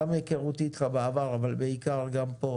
גם מהכרות אתך בעבר אבל בעיקר גם כאן.